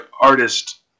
artist